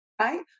Right